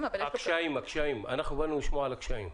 אנחנו באנו לשמוע על הקשיים,